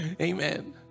Amen